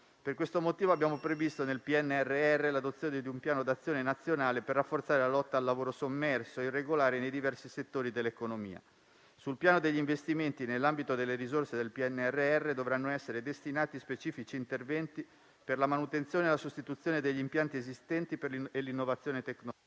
Per questo motivo abbiamo previsto nel PNRR l'adozione di un Piano di azione nazionale per rafforzare la lotta al lavoro sommerso e irregolare nei diversi settori dell'economia. Sul piano degli investimenti, nell'ambito delle risorse del PNRR dovranno essere destinati specifici interventi per la manutenzione e la sostituzione degli impianti esistenti e per l'innovazione tecnologica...